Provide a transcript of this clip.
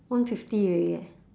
one fifty already leh